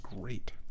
great